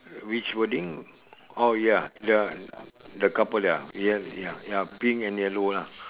which wording oh ya the the couple ya ya ya pink and yellow lah